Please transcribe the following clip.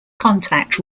contact